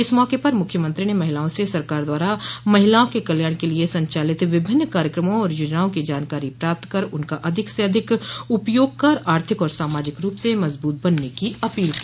इस मौके पर मुख्यमंत्री ने महिलाओं से सरकार द्वारा महिलाओं के कल्याण के लिये संचालित विभिन्न कार्यक्रमों और योजनाओं की जानकारी प्राप्त कर उनका अधिक से अधिक उपयोग कर आर्थिक व सामाजिक रूप से मजबूत बनने की अपील की